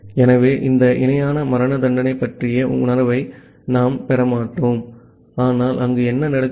ஆகவே இந்த இணையான மரணதண்டனை பற்றிய உணர்வை நாம் பெற மாட்டோம் ஆனால் அங்கு என்ன நடக்கிறது